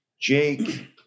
Jake